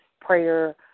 prayer